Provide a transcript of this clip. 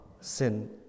sin